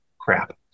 crap